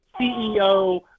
CEO